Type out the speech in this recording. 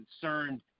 concerned